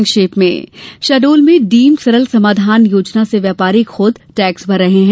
संक्षिप्त समाचार शहडोल में डीम्ड सरल समाधान योजना से व्यापारी खुद टैक्स भर रहे हैं